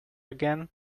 again